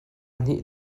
hnih